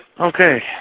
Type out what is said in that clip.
Okay